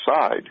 side